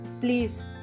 please